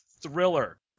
thriller